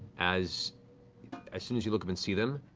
as as soon as you look up and see them,